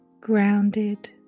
grounded